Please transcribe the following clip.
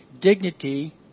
dignity